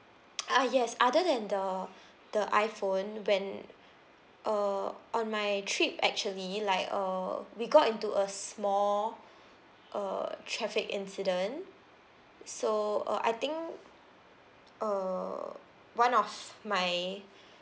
ah yes other than the the iPhone when uh on my trip actually like uh we got into a small uh traffic incident so uh I think uh one of my